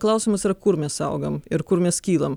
klausimas yra kur mes augam ir kur mes kylam